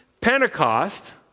Pentecost